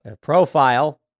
profile